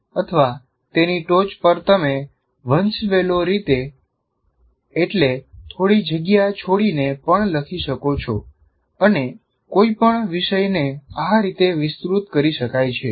અથવા તેની ટોચ પર તમે વંશવેલો રીતે એટલે થોડી જગ્યા છોડીને પણ લખી શકો છો અને કોઈપણ વિષયને આ રીતે વિસ્તૃત કરી શકાય છે